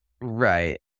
Right